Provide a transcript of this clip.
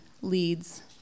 leads